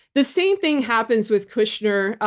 the same thing happens with kushner.